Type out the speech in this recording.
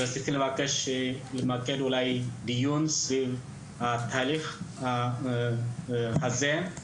רציתי לבקש למקד את הדיון סביב ההליך הזה,